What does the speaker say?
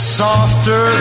softer